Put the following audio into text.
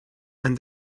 and